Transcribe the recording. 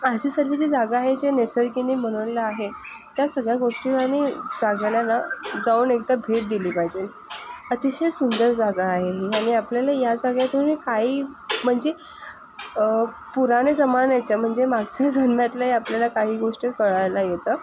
अशी सर्व जी जागा आहे जी निसर्गानी बनवलेलं आहे त्या सगळ्या गोष्टी आणि जागाला ना जाऊन एकदा भेट दिली पाहिजे अतिशय सुंदर जागा आहे ही आणि आपल्याला या जागेतून काही म्हणजे पुरान्या जमान्याच्या म्हणजे मागच्या जन्मातल्याही आपल्याला काही गोष्टी कळायला येतं